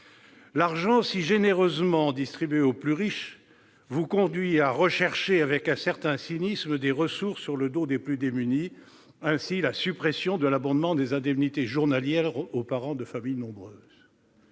L'argent si généreusement distribué aux plus riches vous conduit à rechercher, avec un certain cynisme, des ressources sur le dos des plus démunis. Il en est ainsi de la suppression de l'abondement des indemnités journalières aux parents de familles nombreuses.